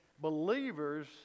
Believers